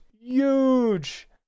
huge